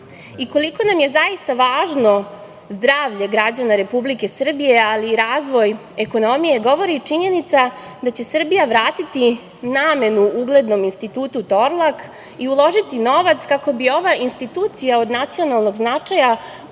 Koliko nam je zaista važno zdravlje građana Republike Srbije, ali i razvoj ekonomije govori i činjenica da će Srbija vratiti namenu uglednom Institutu „Torlak“ i uložiti novac kako bi ova institucija od nacionalnog značaja